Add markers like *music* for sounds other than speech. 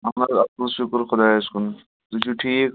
*unintelligible* شُکُر خُدایَس کُن تُہۍ چھُو ٹھیٖک